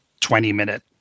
20-minute